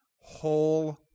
whole